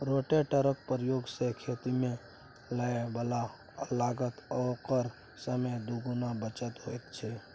रोटेटरक प्रयोग सँ खेतीमे लागय बला लागत आओर समय दुनूक बचत होइत छै